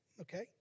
Okay